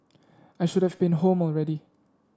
I should have been home already